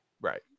Right